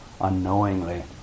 unknowingly